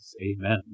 Amen